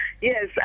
Yes